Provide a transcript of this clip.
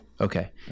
Okay